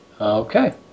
Okay